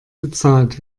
bezahlt